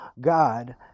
God